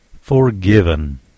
Forgiven